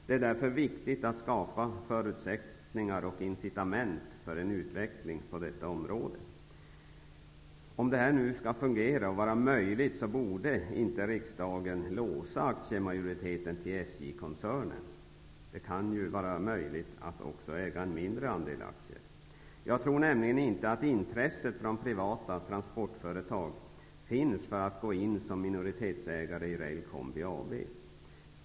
Det är därför viktigt att skapa förutsättningar och incitament för en utveckling på detta område. Om detta skall vara möjligt, bör inte riksdagen låsa aktiemajoriteten till SJ-koncernen -- man kan ju också äga en mindre andel aktier. Jag tror nämligen inte att det finns något intresse hos privata transportföretag att gå in som minoritetsägare i Rail Combi AB.